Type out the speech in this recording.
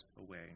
away